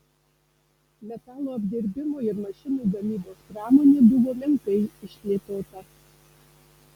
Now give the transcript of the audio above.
metalo apdirbimo ir mašinų gamybos pramonė buvo menkai išplėtota